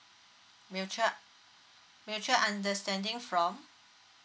mutual mutual understanding from